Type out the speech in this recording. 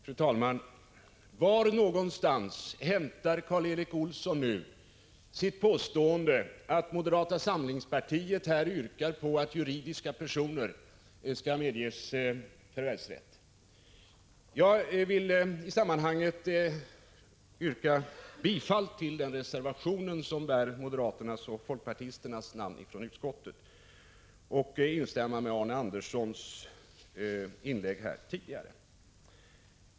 Fru talman! Var någonstans hämtar Karl Erik Olsson underlaget för sitt påstående att moderata samlingspartiet här yrkar på att juridiska personer skall medges förvärvsrätt? Jag vill i sammanhanget yrka bifall till den reservation som bär utskottets moderaters och folkpartisters namn. Jag instämmer också i Arne Anderssons i Ljung inlägg här tidigare.